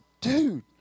dude